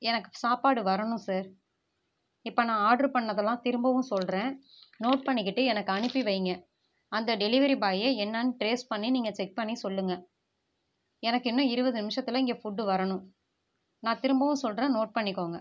எனக்கு சாப்பாடு வரணும் சார் இப்போ நான் ஆர்டர் பண்ணினதெல்லாம் திரும்பவும் சொல்கிறேன் நோட் பண்ணிகிட்டு எனக்கு அனுப்பி வையுங்க அந்த டெலிவரி பாயை என்னன்னு ட்ரேஸ் பண்ணி நீங்கள் செக் பண்ணி சொல்லுங்க எனக்கு இன்னும் இருபது நிமிஷத்தில் இங்கே ஃபுட் வரணும் நான் திரும்பவும் சொல்கிறேன் நோட் பண்ணிக்கோங்க